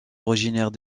originaire